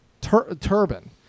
Turban